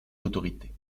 l’autorité